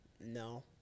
No